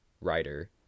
writer